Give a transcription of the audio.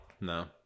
no